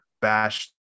bash